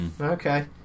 Okay